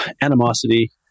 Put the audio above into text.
Animosity